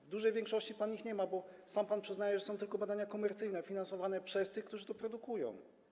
W znacznej większości pan ich nie ma, bo sam pan przyznaje, że są tylko badania komercyjne finansowane przez tych, którzy to produkują.